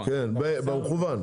כן, במקוון.